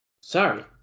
Sorry